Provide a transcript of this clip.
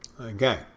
Okay